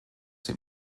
dem